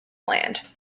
land